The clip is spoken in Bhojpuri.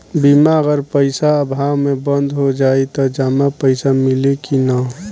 बीमा अगर पइसा अभाव में बंद हो जाई त जमा पइसा मिली कि न?